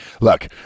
look